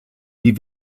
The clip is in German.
die